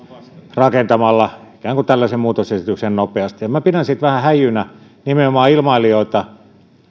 rakentamalla ikään kuin tällaisen muutosesityksen nopeasti minä pidän sitä vähän häijynä nimenomaan ilmailijoita